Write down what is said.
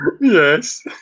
Yes